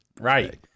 Right